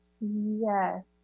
Yes